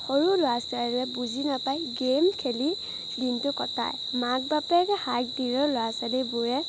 সৰু ল'ৰা ছোৱালীয়ে বুজি নেপায় গেম খেলি দিনটো কটায় মাক বাপেকে হাক দিলেও ল'ৰা ছোৱালীবোৰে